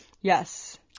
Yes